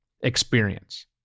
experience